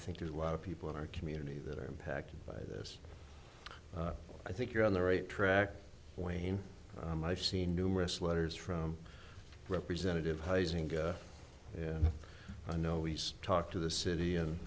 think there's a lot of people in our community that are impacted by this i think you're on the right track wayne i've seen numerous letters from representative hazing and i know he's talked to the city and